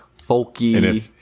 folky